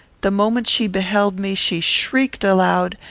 the moment she beheld me she shrieked aloud,